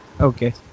okay